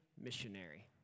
missionary